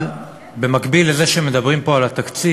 אבל במקביל לזה שמדברים פה על התקציב